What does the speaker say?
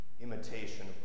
imitation